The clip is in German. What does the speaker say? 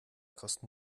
kosten